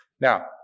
Now